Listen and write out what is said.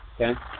Okay